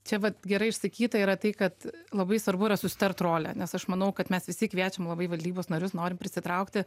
čia vat gerai išsakyta yra tai kad labai svarbu yra susitart rolę nes aš manau kad mes visi kviečiam labai į valdybos narius norim prisitraukti